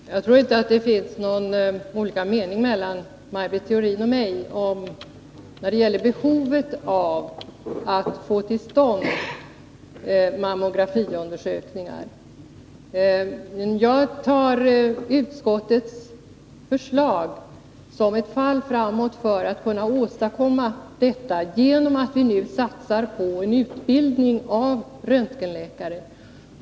Herr talman! Jag tror inte att det föreligger någon meningsskillnad mellan Maj Britt Theorin och mig när det gäller behovet av att få till stånd mammografiundersökningar. Jag tar utskottets förslag som ett fall framåt för att åstadkomma detta genom att vi nu satsar på en utbildning av röntgenläkare.